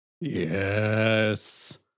Yes